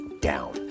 down